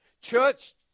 Church